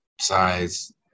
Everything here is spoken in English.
size